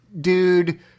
dude